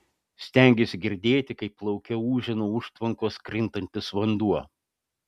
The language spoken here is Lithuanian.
stengėsi girdėti kaip lauke ūžia nuo užtvankos krintantis vanduo